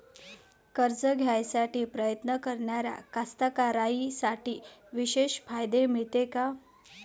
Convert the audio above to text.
कर्ज घ्यासाठी प्रयत्न करणाऱ्या कास्तकाराइसाठी विशेष फायदे मिळते का?